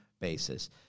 basis